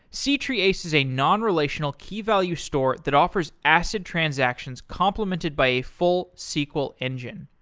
c-treeace is a non-relational key-value store that offers acid transactions complemented by a full sql engine.